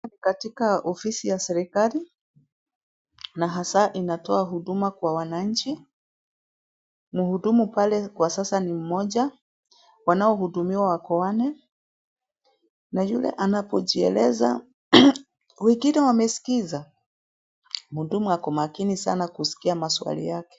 Katika ofisi ya serikali na hasa inatoa huduma kwa wananchi. Mhudumu pale kwa sasa ni mmoja. Wanaohudumiwa wako wanne na yule anapojieleza wengine wamesikiza. Mhudumu ako makini sana kuskia maswali yake.